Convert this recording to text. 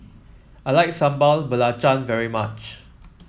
I like Sambal Belacan very much